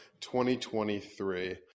2023